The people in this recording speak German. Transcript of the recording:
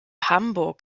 hamburg